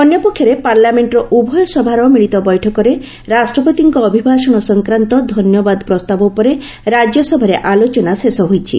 ଅନ୍ୟପକ୍ଷରେ ପାର୍ଲାମେଣ୍ଟର ଉଭୟ ସଭାର ମିଳିତ ବୈଠକରେ ରାଷ୍ଟ୍ରପତିଙ୍କ ଅଭିଭାଷଣ ସଂକ୍ରାନ୍ତ ଧନ୍ୟବାଦ ପ୍ରସ୍ତାବ ଉପରେ ରାଜ୍ୟସଭାରେ ଆଲୋଚନା ଶେଷ ହୋଇଛି